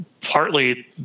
partly